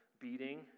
beating